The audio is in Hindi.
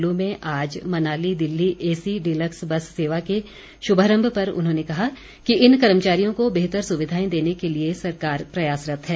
कुल्लू में आज Manali Delhi AC deluxe bus सेवा के शुभारम्भ पर उन्होंने कहा कि इन कर्मचारियों को बेहतर सुविधाएं देने के लिए सरकार प्रयासरत है